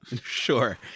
sure